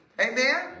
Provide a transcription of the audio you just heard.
Amen